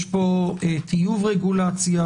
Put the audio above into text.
יש פה טיוב רגולציה,